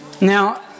Now